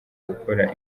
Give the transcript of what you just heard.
gukora